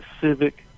civic